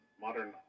modern